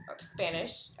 Spanish